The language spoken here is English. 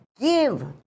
give